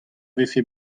vefe